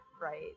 right